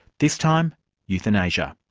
this time euthanasia.